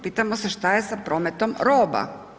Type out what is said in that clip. Pitamo se šta je sa prometom roba?